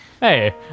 Hey